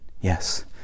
Yes